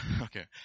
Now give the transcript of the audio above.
Okay